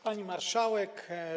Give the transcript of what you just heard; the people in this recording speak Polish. Pani Marszałek!